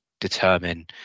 determine